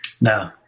No